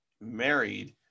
married